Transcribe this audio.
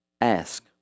ask